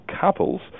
couples